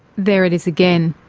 there it is again.